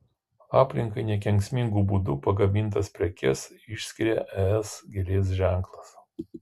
aplinkai nekenksmingu būdu pagamintas prekes išskiria es gėlės ženklas